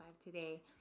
today